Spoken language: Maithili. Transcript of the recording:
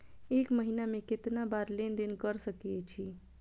एक महीना में केतना बार लेन देन कर सके छी?